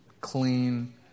clean